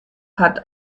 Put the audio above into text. hat